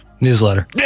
Newsletter